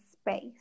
space